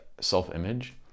self-image